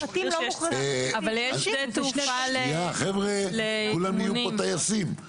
שנייה חבר'ה, כולם נהיו פה טייסים?